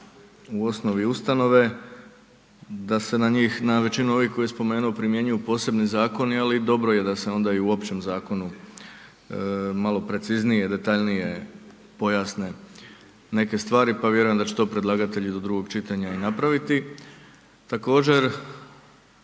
u osnovi ustanove, da se na većinu ovih koje je spomenuo primjenjuju posebni zakoni ali dobro je da se onda i u općem zakonu malo preciznije, detaljnije pojasne neke stvari pa vjerujem da će to predlagatelji do drugog čitanja i napraviti. Također,